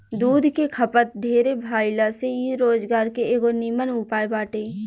दूध के खपत ढेरे भाइला से इ रोजगार के एगो निमन उपाय बाटे